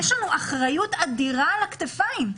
יש לנו אחריות אדירה על הכתפיים,